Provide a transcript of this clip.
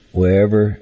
wherever